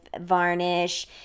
varnish